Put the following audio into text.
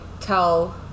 tell